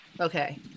Okay